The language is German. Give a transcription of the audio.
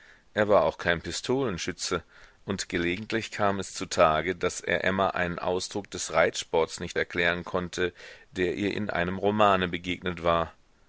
er war auch kein pistolenschütze und gelegentlich kam es zutage daß er emma einen ausdruck des reitsports nicht erklären konnte der ihr in einem romane begegnet war